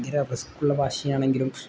ഭയങ്കര റിസ്ക്കുള്ള ഭാഷയാണെങ്കിലും